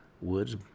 woods